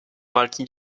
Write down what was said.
walki